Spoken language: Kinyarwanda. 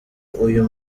uyu